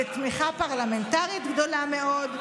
לתמיכה פרלמנטרית גדולה מאוד,